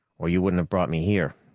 or you wouldn't have brought me here.